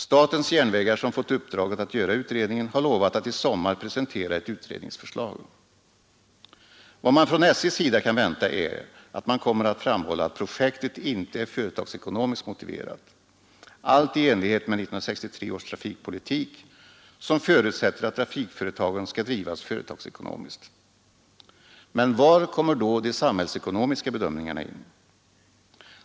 Statens järnvägar, som fått uppdraget att göra utredningen, har lovat att i sommar presentera ett utredningsförslag. Vad vi från SJ:s sida kan vänta är att man kommer att framhålla att projektet inte är företagsekonomiskt motiverat, allt i enlighet med 1963 års trafikpolitik som förutsätter att trafikföretagen skall drivas företagsekonomiskt. Men var kommer då de samhällsekonomiska bedömningarna in?